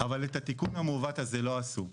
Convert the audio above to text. אבל את התיקון למעוות הזה לא עשו.